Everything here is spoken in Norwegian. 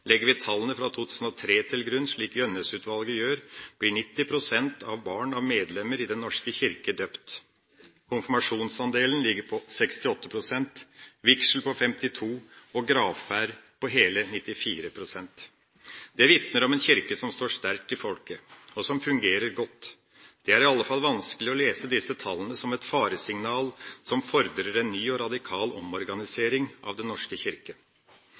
Legger vi tallene fra 2003 til grunn, slik Gjønnes-utvalget gjør, blir 90 pst. av barn av medlemmer i Den norske kirke døpt. Konfirmasjonsandelen ligger på 68 pst., vigselsandelen på 52 pst. og gravferdsandelen på hele 94 pst. Det vitner om en kirke som står sterkt i folket, og som fungerer godt. Det er i alle fall vanskelig å lese disse tallene som et faresignal som fordrer en ny og radikal omorganisering av Den norske kirke.